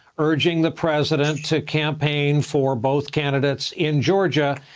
urging the president to campaign for both candidates in georgia.